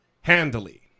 handily